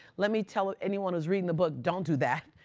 let me tell anyone who's reading the book, don't do that.